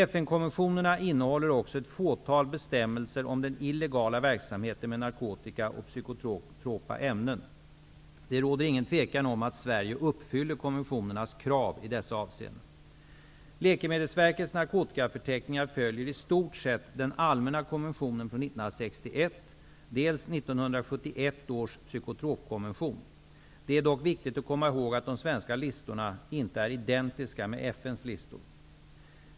FN-konventionerna innehåller också ett fåtal bestämmelser om den illegala verksamheten med narkotika och psykotropa ämnen. Det råder ingen tvekan om att Sverige uppfyller konventionernas krav i dessa avseenden. Läkemedelsverkets narkotikaförteckningar följer i stort dels den allmänna konventionen från 1961, dels 1971 års psykotropkonvention. Det är dock viktigt att komma ihåg att de svenska listorna inte är identiska med FN:s listor.